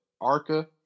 Arca